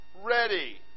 ready